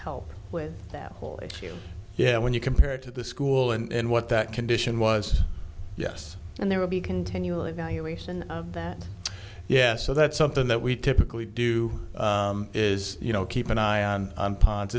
help with that whole issue yeah when you compare it to the school and what that condition was yes and there will be continually evaluation that yes so that's something that we typically do is you know keep an eye on